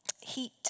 heat